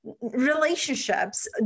relationships